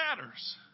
matters